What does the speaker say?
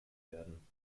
werden